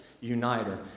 uniter